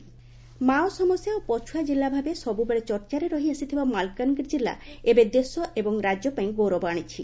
ନୀତି ଆୟୋଗ ମାଲକାନ୍ଗିରି ମାଓ ସମସ୍ୟା ଓ ପଛୁଆ ଜିଲ୍ଲା ଭାବେ ସବୁବେଳେ ଚର୍ଚାରେ ରହିଆସିଥିବା ମାଲକାନଗିରି ଜିଲ୍ଲା ଏବେ ଦେଶ ଏବଂ ରାଜ୍ୟ ପାଇଁ ଗୌରବ ଆଶିଛି